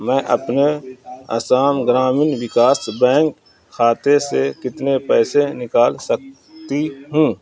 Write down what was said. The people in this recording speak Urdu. میں اپنے آسام گرامین وکاس بینک کھاتے سے کتنے پیسے نکال سکتی ہوں